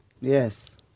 Yes